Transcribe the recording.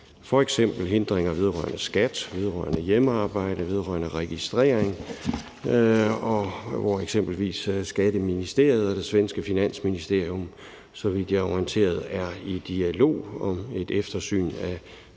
f.eks. om hindringer vedrørende skat, vedrørende hjemmearbejde og vedrørende registrering, hvor eksempelvis Skatteministeriet og det svenske finansministerium, så vidt jeg er orienteret, er i dialog om et eftersyn af